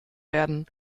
werden